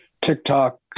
tiktok